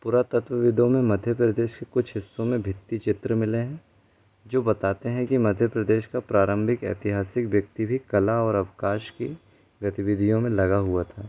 पुरातत्व विदों में मध्य प्रदेश के कुछ हिस्सों में भित्ति चित्र मिले हैं जो बताते हैं कि मध्य प्रदेश का प्रारम्भिक ऐतिहासिक व्यक्ति भी कला और अवकाश की गतिविधियों में लगा हुआ था